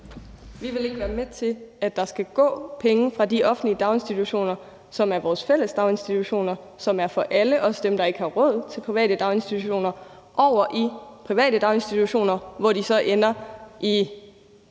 Vi vil ikke være med til, at der skal gå penge fra de offentlige daginstitutioner, som er vores fælles daginstitutioner, og som er for alle, også dem, der ikke har råd til private daginstitutioner, over i private daginstitutioner, hvor de så ender i